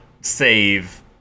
save